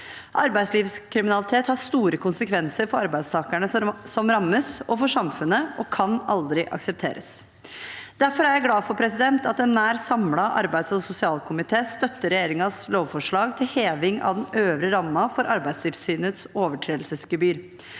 Arbeidslivskriminalitet har store konsekvenser for arbeidstakerne som rammes, og for samfunnet, og kan aldri aksepteres. Derfor er jeg glad for at en nær samlet arbeids- og sosialkomité støtter regjeringens lovforslag til heving av den øvre rammen for Arbeidstilsynets overtredelsesgebyr.